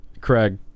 Craig